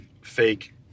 Fake